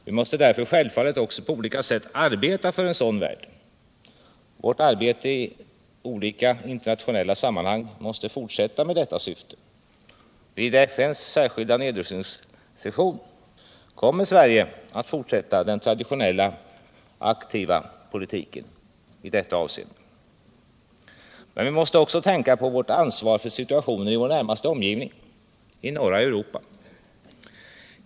Vi måste därför självfallet på olika sätt arbeta för en sådan värld. Vårt arbete i olika internationella sammanhang måste fortsätta med detta syfte. Vid FN:s särskilda nedrustningssession kommer Sverige att fortsätta den traditionella aktiva politiken i detta avseende. Men vi måste också tänka på vårt ansvar för situationen i vår närmaste omgivning —i norra Europa.